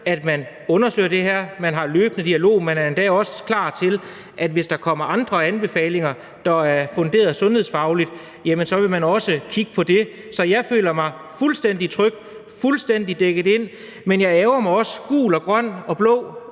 at man undersøger det her, at man har en løbende dialog, og at man endda også er klar til, hvis der kommer andre anbefalinger, der er funderet sundhedsfagligt, at kigge på det. Så jeg føler mig fuldstændig tryg, fuldstændig dækket ind. Men jeg ærgrer mig gul og grøn over,